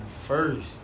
first